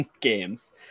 games